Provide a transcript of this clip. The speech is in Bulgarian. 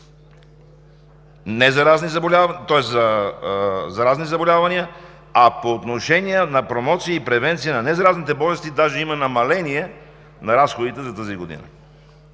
за заразни заболявания, а по отношение на „Промоция и превенция на незаразните болести“ даже има намаление на разходите за тази година.